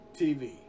TV